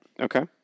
Okay